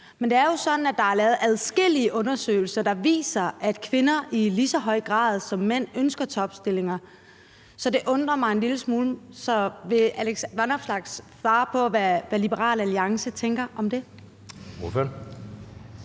at der er lavet adskillige undersøgelser, der viser, at kvinder i lige så høj grad som mænd ønsker topstillinger. Så det undrer mig en lille smule. Så vil Alex Vanopslagh svare på, hvad Liberal Alliance tænker om det?